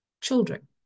children